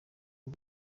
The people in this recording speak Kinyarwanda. bwo